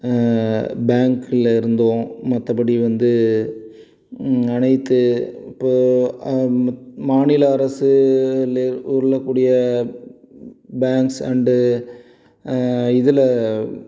பேங்கில் இருந்தும் மற்றபடி வந்து அனைத்து இப்போ மாநில அரசுகளில் உள்ளக்கூடிய பேங்க்ஸ் அண்டு இதில்